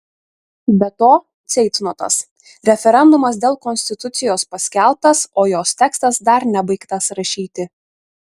be to ceitnotas referendumas dėl konstitucijos paskelbtas o jos tekstas dar nebaigtas rašyti